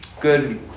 good